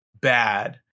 bad